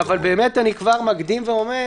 אבל באמת אני כבר מקדים ואומר: